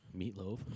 Meatloaf